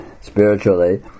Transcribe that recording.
spiritually